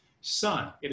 son